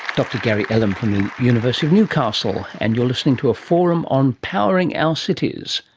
dr gary ellem from the university of newcastle. and you're listening to a forum on powering our cities.